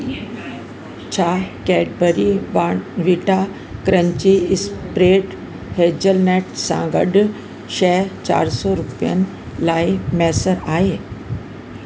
छा Cadbury Bournvita crunchy spread hazelnut सां गॾु शइ चारि सौ रुपयनि लाइ मैसर आहे